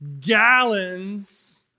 gallons